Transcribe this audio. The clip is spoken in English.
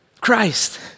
Christ